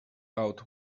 out